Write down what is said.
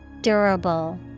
durable